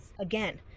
again